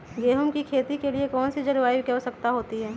गेंहू की खेती के लिए कौन सी जलवायु की आवश्यकता होती है?